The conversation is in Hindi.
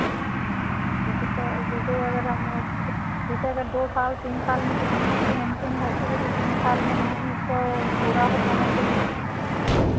जैसे जैसे अगर हम ठीक है जैसे अगर दो साल तीन साल में कितने इसके मुमकिन है ठीक है इतने साल में नहीं इसको पूरा हो जाना चहिए